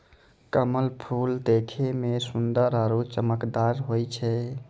कमल फूल देखै मे सुन्दर आरु चमकदार होय छै